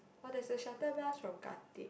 but there's the shuttle bus from Khatib